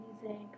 music